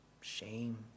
shame